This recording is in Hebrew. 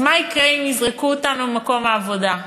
אז מה יקרה אם יזרקו אותנו ממקום העבודה,